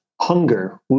hunger